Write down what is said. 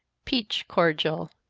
peach cordial.